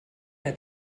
hat